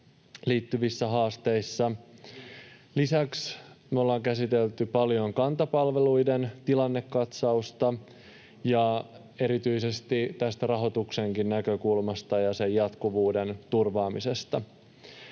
liittyvissä haasteissa. Me ollaan käsitelty paljon Kanta-palveluiden tilannekatsausta erityisesti rahoituksenkin näkökulmasta ja sen jatkuvuuden turvaamisesta.